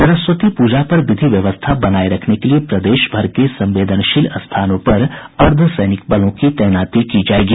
सरस्वती पूजा पर विधि व्यवस्था बनाये रखने के लिए प्रदेश भर के संवेदनशील स्थानों पर अर्द्वसैनिक बलों की तैनाती की जायेगी